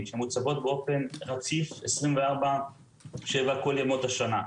שמוצבות באופן רציף 24/7 כל ימות השנה.